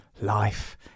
life